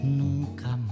nunca